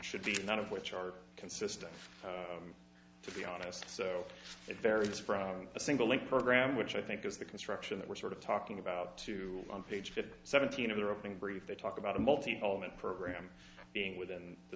should be none of which are consistent to be honest so it varies from a single link program which i think is the construction that we're sort of talking about two on page fifty seventeen of their opening brief they talk about a multi poem and program being within the